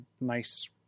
nice